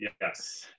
Yes